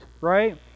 right